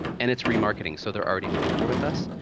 and it's remarketing, so they're already familiar with us.